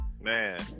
Man